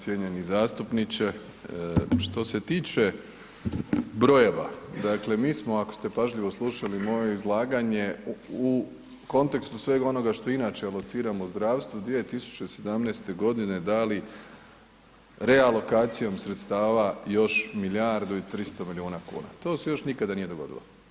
Cijenjeni zastupniče, što se tiče brojeva, dakle mi smo ako ste pažljivo slušali moje izlaganje u kontekstu svega onoga što inače lociramo u zdravstvu 2017. godine dali realokacijom sredstava još milijardu i 300 milijuna kuna, to se još nikada nije dogodilo.